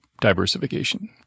diversification